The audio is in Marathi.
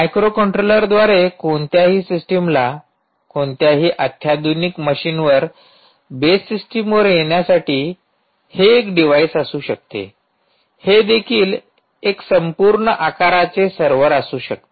मायक्रोकंट्रोलर द्वारे कोणत्याही सिस्टमला कोणत्याही अत्याधुनिक मशीनवर बेस सिस्टमवर येण्यासाठी हे एक डिव्हाइस असू शकते हे देखील एक संपूर्ण आकाराचे सर्व्हर असू शकते